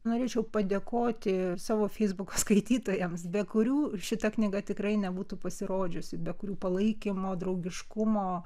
norėčiau padėkoti savo feisbuko skaitytojams be kurių ir šita knyga tikrai nebūtų pasirodžiusi be kurių palaikymo draugiškumo